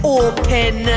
open